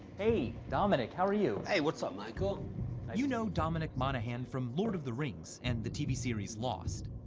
hey, dominic. how are you? hey. what's up, michael? you know dominic monaghan from lord of the rings and the tv series lost.